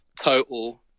total